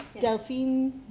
Delphine